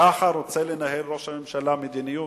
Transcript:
ככה רוצה לנהל ראש הממשלה מדיניות?